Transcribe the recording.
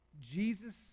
Jesus